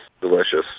delicious